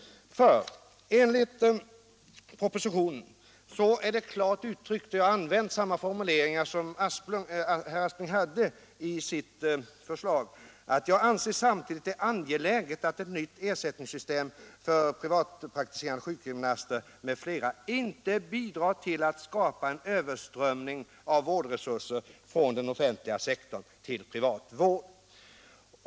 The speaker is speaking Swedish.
I propositionen är det klart uttryckt — och jag har använt samma formuleringar som herr Aspling hade i sitt förslag — att jag anser att det är angeläget att ett nytt ersättningssystem för privatpraktiserande sjukgymnaster m.fl. ”inte bidrar till att skapa en överströmning av vårdresurser från den offentliga sektorn till privat vård”.